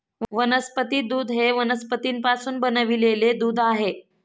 वनस्पती दूध हे वनस्पतींपासून बनविलेले दूध आहे